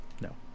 No